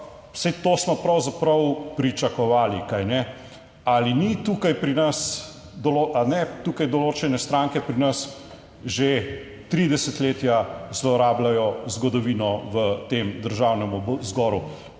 saj to smo pravzaprav pričakovali, kajne. Ali ni tukaj pri nas ali ne? Tukaj določene stranke pri nas že tri desetletja zlorabljajo zgodovino v tem Državnem zboru,